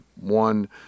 one